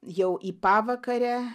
jau į pavakarę